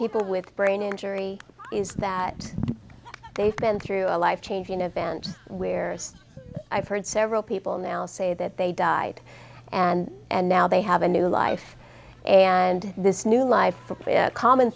people with brain injury is that they've been through a life change you know band where's i've heard several people now say that they died and and now they have a new life and this new life common